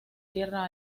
tierra